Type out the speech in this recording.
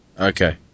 Okay